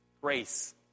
grace